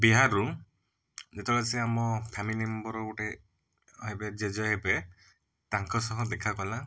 ବିହାର ରୁ ଯେତେବେଳେ ସେ ଆମ ଫ୍ୟାମିଲି ମେମ୍ବର ର ଗୋଟେ ହେବେ ଜେଜେ ହେବେ ତାଙ୍କ ସହ ଦେଖା କଲା